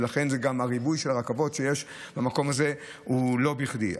ולכן גם ריבוי רכבות במקום הזה הוא לא בכדי.